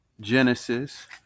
Genesis